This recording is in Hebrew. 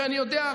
ואני יודע,